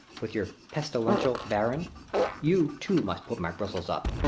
with your pestilential baron you, too, must put my bristles up.